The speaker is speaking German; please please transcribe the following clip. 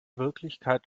wirklichkeit